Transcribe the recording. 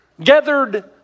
gathered